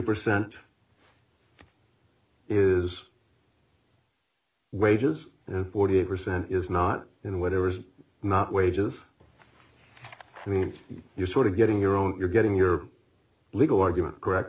percent is wages forty percent is not in whatever's not wages i mean you sort of getting your own you're getting your legal argument correct